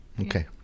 Okay